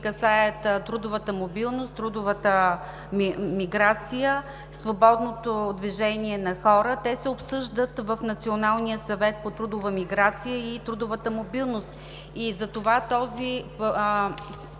трудовата мобилност, трудовата миграция, свободното движение на хора, се обсъждат в Националния съвет по трудова миграция и трудова мобилност. Затова този